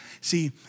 See